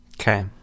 Okay